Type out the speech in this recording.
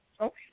Okay